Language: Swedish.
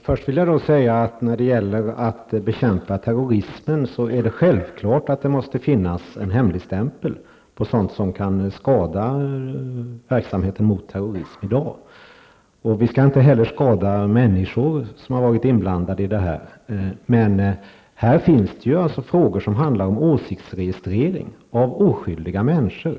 Fru talman! När det gäller att bekämpa terrorismen är det självklart att det måste finnas en hemligstämpel på sådant som kan skada verksamheten mot terrorism i dag. Vi skall inte heller skada människor som har varit inblandade. Men det finns här frågor som handlar om åsiktsregistrering av oskyldiga människor.